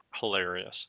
hilarious